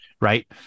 right